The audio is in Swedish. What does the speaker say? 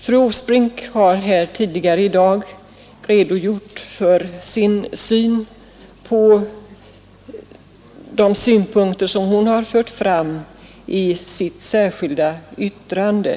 Fru Åsbrink har här tidigare i dag redogjort för de synpunkter som hon har fört fram i sitt särskilda yttrande.